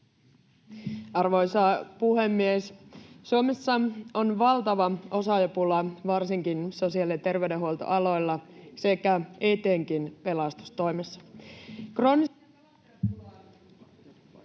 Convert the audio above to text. Arvoisa puhemies! Suomessa on valtava osaajapula varsinkin sosiaali- ja terveydenhuoltoaloilla sekä etenkin pelastustoimessa. Kroonista...